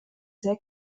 sehr